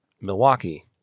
milwaukee